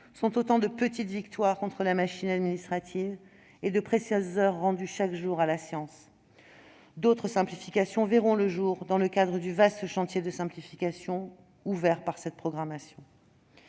sont autant de petites victoires contre la machine administrative et de précieuses heures rendues chaque jour à la science. D'autres simplifications verront le jour dans le cadre du vaste chantier de simplification ouvert par cette programmation.